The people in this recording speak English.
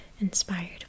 inspired